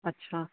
ਅੱਛਾ